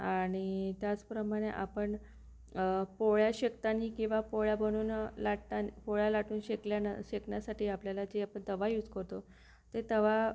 आणि त्याचप्रमाणे आपण पोळ्या शेकतानी किंवा पोळ्या बनून लाटता पोळ्या लाटून शेकल्यानं शेकण्यासाठी आपल्याला जे आपण तवा यूज करतो ते तवा